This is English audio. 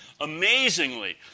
amazingly